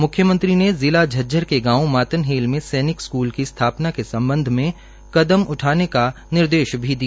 मुख्यमंत्री ने जिला झज्जर के गांव मातनहेल में सैनिक स्कूल की स्थापना के संबंध में कदम उठाने का निर्देश दिया